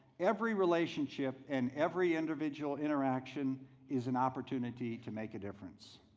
every relationship and every individual interaction is an opportunity to make a difference.